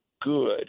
good